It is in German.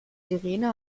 sirene